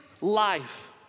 life